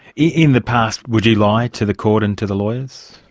in the past, would you lie to the court and to the lawyers?